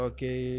Okay